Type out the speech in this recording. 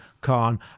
Khan